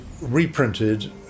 reprinted